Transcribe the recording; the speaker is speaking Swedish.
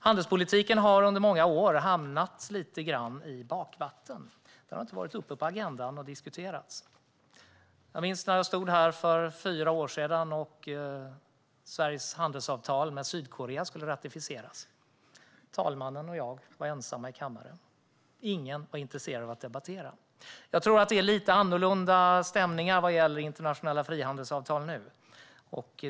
Handelspolitiken har under många år hamnat lite grann i bakvatten. Den har inte varit uppe på agendan och diskuterats. Jag minns när jag stod här för fyra år sedan, då Sveriges handelsavtal med Sydkorea skulle ratificeras. Talmannen och jag var ensamma i kammaren. Ingen var intresserad av att debattera. Jag tror dock att det är lite annorlunda stämningar vad gäller internationella frihandelsavtal nu.